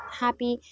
happy